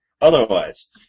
Otherwise